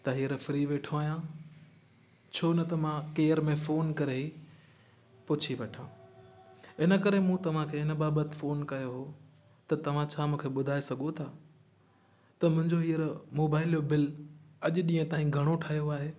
त हींअर फ़्री वेठो आहियां छो न त मां केयर में फ़ोन करे पुछी वठां इनकरे मूं तव्हांखे हिन बाबत फ़ोन कयो हुओ त तव्हां छा मूंखे ॿुधाए सघो था त मुंहिंजो हींअर मोबाइल जो बिल अॼु ॾींहुं ताईं घणो ठहियो आहे